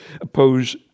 oppose